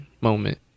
moment